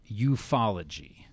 ufology